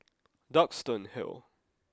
Duxton Hill